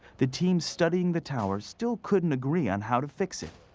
the team studying the tower still couldn't agree on how to fiix it.